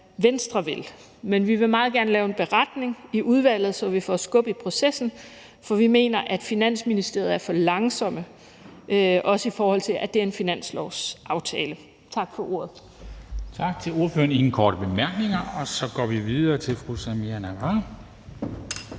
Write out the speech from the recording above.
Venstre vil. Men vi vil meget gerne lave en beretning i udvalget, så vi får sat skub i processen, for vi mener, at Finansministeriet er for langsomme, også i forhold til at det er en finanslovsaftale. Tak for ordet. Kl. 18:32 Formanden (Henrik Dam Kristensen): Tak til ordføreren. Der er ingen korte bemærkninger. Og så går vi videre til fru Samira Nawa,